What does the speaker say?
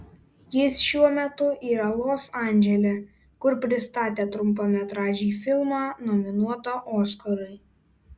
jis šiuo metu yra los andžele kur pristatė trumpametražį filmą nominuotą oskarui